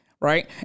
right